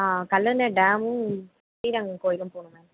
ஆ கல்லணை டேம்மும் ஸ்ரீரங்கம் கோயிலும் போகனும் மேம்